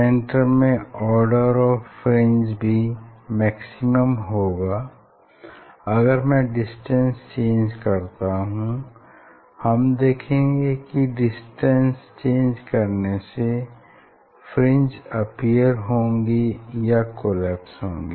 centre में order of fringe भी maximum होगा अगर मैं डिस्टेंस चेंज करता हूं हम देखेंगे कि डिस्टेंस चेंज करने से फ्रिंजेस अपीयर होंगी या कोलैप्स होंगी